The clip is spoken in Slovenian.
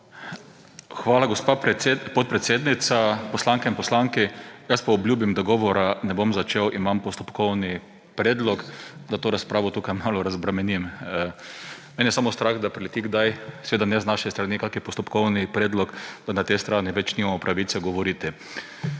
Hvala, gospa podpredsednica. Poslanke in poslanci! Jaz pa obljubim, da govora ne bom začel – imam postopkovni predlog; da to razpravo tukaj malo razbremenim. Mene je samo strah, da prileti kdaj – seveda ne z naše strani – kakšen postopkovni predlog, da na tej strani več nimamo pravice govoriti.